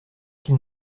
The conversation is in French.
qu’il